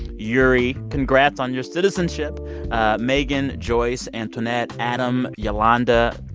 yuri, congrats on your citizenship megan, joyce, antoinette, adam, yolanda,